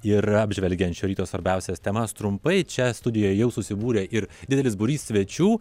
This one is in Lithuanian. ir apžvelgiant šio ryto svarbiausias temas trumpai čia studijoj jau susibūrė ir didelis būrys svečių